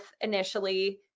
initially